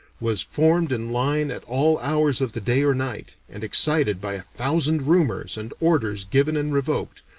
was formed in line at all hours of the day or night, and excited by a thousand rumors and orders given and revoked,